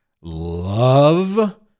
love